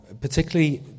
particularly